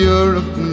Europe